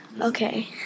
Okay